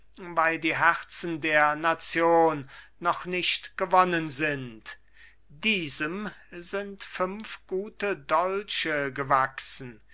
weil die herzen der nation noch nicht ganz gewonnen sind diesem sind fünf gute dolche gewachsen